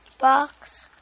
box